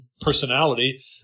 personality